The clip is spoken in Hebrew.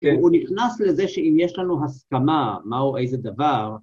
הוא נכנס לזה שאם יש לנו הסכמה מה או איזה דבר